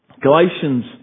Galatians